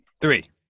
three